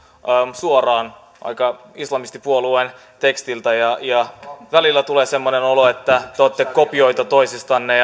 suoraan aika islamistipuolueen tekstiltä välillä tulee semmoinen olo että te olette kopioita toisistanne